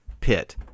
pit